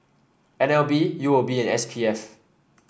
N L B U O B and S P F